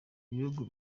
ibihugu